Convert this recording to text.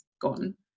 gone